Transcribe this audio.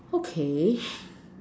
okay